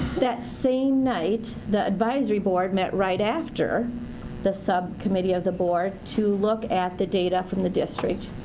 that same night, the advisory board met right after the sub-committee of the board to look at the data from the district.